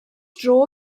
dro